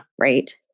Right